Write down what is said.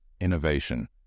innovation